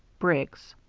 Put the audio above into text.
briggs.